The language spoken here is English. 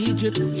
Egypt